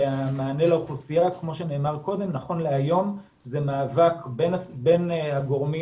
והמענה לאוכלוסייה נכון להיום זה מאבק בין הגורמים